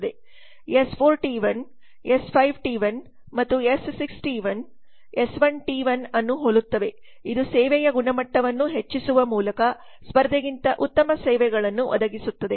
S 4 T 1 S 5 T 1 ಮತ್ತು S 6 ಟಿ1 S 1 T 1ಅನ್ನುಹೋಲುತ್ತವೆ ಇದು ಸೇವೆಯ ಗುಣಮಟ್ಟವನ್ನು ಹೆಚ್ಚಿಸುವ ಮೂಲಕ ಸ್ಪರ್ಧೆಗಿಂತ ಉತ್ತಮ ಸೇವೆಗಳನ್ನು ಒದಗಿಸುತ್ತದೆ